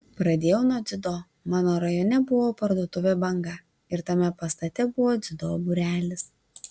pradėjau nuo dziudo mano rajone buvo parduotuvė banga ir tame pastate buvo dziudo būrelis